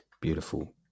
Beautiful